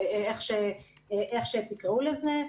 איך שתקראו לזה.